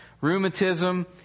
rheumatism